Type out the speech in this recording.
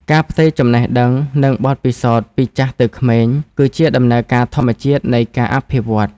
ការផ្ទេរចំណេះដឹង និងបទពិសោធន៍ពីចាស់ទៅក្មេង គឺជាដំណើរការធម្មជាតិនៃការអភិវឌ្ឍ។